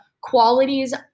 qualities